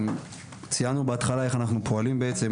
ציינו בהתחלה איך אנחנו פועלים בעצם.